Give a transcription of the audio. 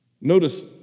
Notice